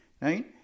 right